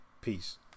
Peace